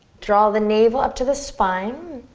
draw the navel up to the spine